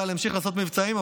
צה"ל ימשיך לעשות מבצעים.